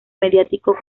mediático